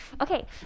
okay